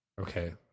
Okay